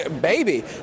Baby